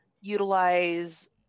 utilize